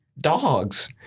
dogs